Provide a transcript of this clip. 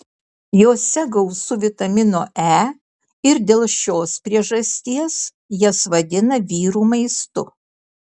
jose gausu vitamino e ir dėl šios priežasties jas vadina vyrų maistu